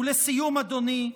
ולסיום, אדוני,